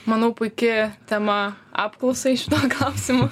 manau puiki tema apklausai šituo klausimu